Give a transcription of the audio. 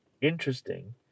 interesting